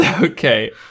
Okay